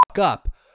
up